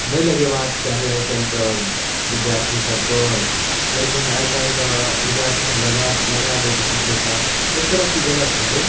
नहि लगेबाके चाही आइकाल्हिके विद्यार्थीसभके लेकिन आइकाल्हिके विद्यार्थीसभ लगौ लगा दै छथिन पइसा एक तरहसँ ई गलत भेलै